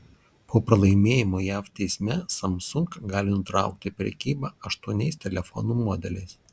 po pralaimėjimo jav teisme samsung gali nutraukti prekybą aštuoniais telefonų modeliais